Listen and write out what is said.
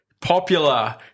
popular